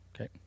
Okay